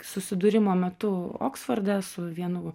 susidūrimo metu oksforde su vienu